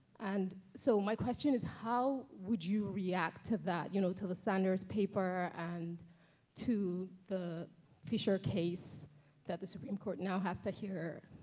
and so my question is, how would you react to that, you know, to the sanders paper and to the fisher case that the supreme court now has to hear.